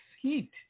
Heat